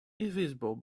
invisible